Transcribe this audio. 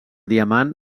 diamant